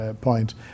point